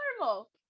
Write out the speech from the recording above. Normal